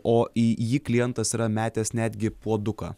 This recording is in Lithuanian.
o į jį klientas yra metęs netgi puoduką